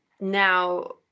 now